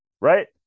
right